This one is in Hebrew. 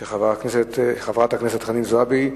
של חברת הכנסת חנין זועבי,